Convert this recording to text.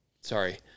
Sorry